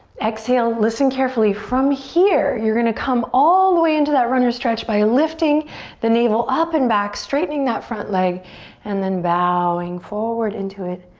exhale, listen carefully, from here you're gonna come all the way into that runners stretch by lifting the navel up and back, straightening that front leg and then bowing forward into it.